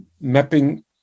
mapping